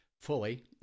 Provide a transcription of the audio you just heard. fully